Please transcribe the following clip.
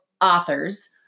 authors